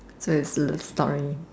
so is less story